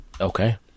Okay